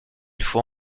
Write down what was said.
faut